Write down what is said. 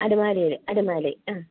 അടിമാലിയിൽ അടിമാലി അ